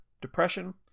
depression